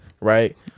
right